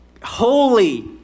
holy